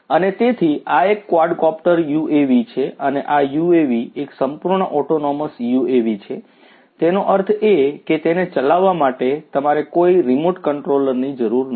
અને તેથી આ એક ક્વાડકોપ્ટર યુએવી છે અને આ યુએવી એક સંપૂર્ણ ઓટોનોમસ યુએવી છે તેનો અર્થ એ કે તેને ચલાવવા માટે તમારે કોઈ રીમોટ કંટ્રોલની જરૂર નથી